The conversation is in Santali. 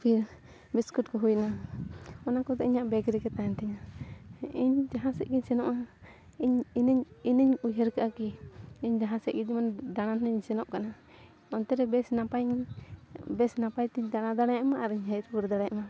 ᱯᱷᱤᱨ ᱵᱤᱥᱠᱩᱴ ᱠᱚ ᱦᱩᱭᱮᱱᱟ ᱚᱱᱟ ᱠᱚᱫᱚ ᱤᱧᱟᱹᱜ ᱵᱮᱜᱽ ᱨᱮᱜᱮ ᱛᱟᱦᱮᱱ ᱛᱤᱧᱟᱹ ᱤᱧ ᱡᱟᱦᱟᱸ ᱥᱮᱫᱜᱤᱧ ᱥᱮᱱᱚᱜᱼᱟ ᱤᱧ ᱤᱱᱟᱹᱧ ᱩᱭᱦᱟᱹᱨ ᱠᱟᱜᱼᱟ ᱠᱤ ᱤᱧ ᱡᱟᱦᱟᱸ ᱥᱮᱫᱜᱮ ᱡᱮᱢᱚᱱ ᱫᱟᱬᱟᱱᱤᱧ ᱥᱮᱱᱚᱜ ᱠᱟᱱᱟ ᱚᱱᱛᱮ ᱨᱮ ᱵᱮᱥ ᱱᱟᱯᱟᱭᱤᱧ ᱵᱮᱥ ᱱᱟᱯᱟᱭ ᱛᱤᱧ ᱫᱟᱬᱟ ᱫᱟᱲᱮᱭᱟᱜᱼᱢᱟ ᱟᱨᱤᱧ ᱦᱮᱡ ᱜᱟᱹᱲ ᱫᱟᱲᱮᱭᱟᱜᱼᱢᱟ